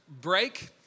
break